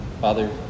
Father